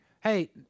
hey